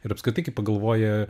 ir apskritai kai pagalvoji